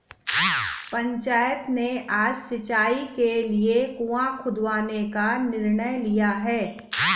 पंचायत ने आज सिंचाई के लिए कुआं खुदवाने का निर्णय लिया है